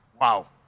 Wow